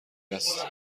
است